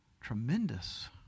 tremendous